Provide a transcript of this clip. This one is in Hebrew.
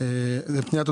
פנייה מס'